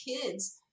kids